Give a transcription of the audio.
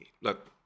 look